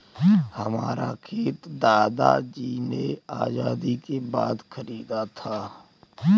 हमारा खेत दादाजी ने आजादी के बाद खरीदा था